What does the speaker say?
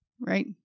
right